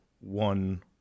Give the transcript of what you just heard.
one